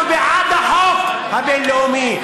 אנחנו בעד החוק הבין-לאומי,